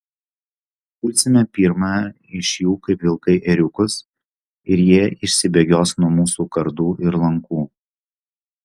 pulsime pirmąją iš jų kaip vilkai ėriukus ir jie išsibėgios nuo mūsų kardų ir lankų